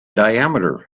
diameter